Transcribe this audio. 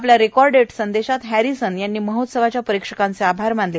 आपल्या रिकॉर्डेड संदेशात हरिसन यांनी महोत्सवाच्या परिक्षकांचे आभार मानले